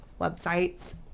websites